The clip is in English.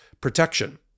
protection